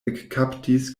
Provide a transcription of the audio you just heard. ekkaptis